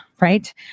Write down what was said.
right